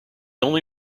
only